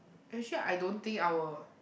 actually I don't think I will